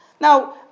Now